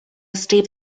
steep